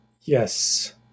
yes